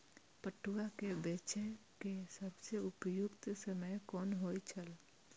पटुआ केय बेचय केय सबसं उपयुक्त समय कोन होय छल?